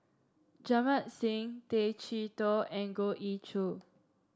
Jamit Singh Tay Chee Toh and Goh Ee Choo